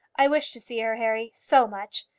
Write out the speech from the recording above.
i wish to see her, harry so much.